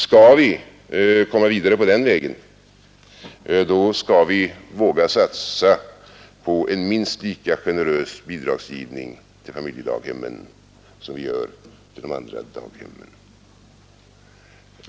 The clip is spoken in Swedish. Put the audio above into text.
Skall vi komma vidare på den vägen, måste vi våga satsa på en minst lika generös bidragsgivning till familjedaghemmen som till de andra daghemmen.